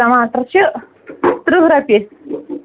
ٹماٹر چھِ تٕرٛہ رۄپیہِ